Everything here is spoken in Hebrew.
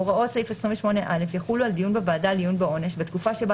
הוראות סעיף 28א יחולו על דיון בוועדה לעיון בעונש בתקופה שבה